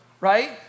right